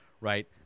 right